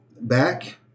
back